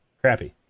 crappy